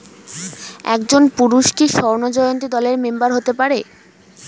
একজন পুরুষ কি স্বর্ণ জয়ন্তী দলের মেম্বার হতে পারে?